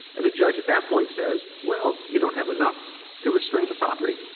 and the judge at that point says well, you don't have enough to restrain the property.